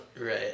right